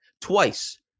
twice